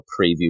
preview